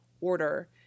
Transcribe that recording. order